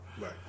Right